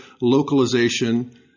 localization